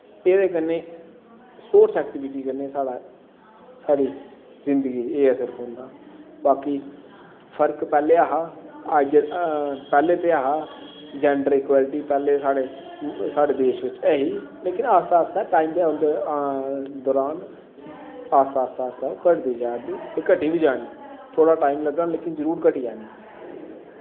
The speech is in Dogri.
एह्दे कन्नै स्पोर्टस ऐक्टिविटी कन्नै साढ़ा साढ़ी जिन्दगी च एह् असर पौंदा बाकी फर्क पैह्ले ऐहा अज्ज पैह्ले ते ऐहा जैंडर इक्वैलटी पैह्ले साढ़े देश बिच्च ऐही लेकिन आस्तै आस्तै टाईम दे दौरान आस्तै आस्तै घटदी जा दी ते घटी बी जानी थोह्ड़ा टाईम लग्गना लेकिन घटी बी जानी